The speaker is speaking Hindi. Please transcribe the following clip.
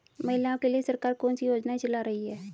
महिलाओं के लिए सरकार कौन सी योजनाएं चला रही है?